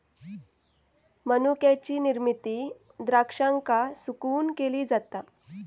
मनुक्याची निर्मिती द्राक्षांका सुकवून केली जाता